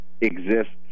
exists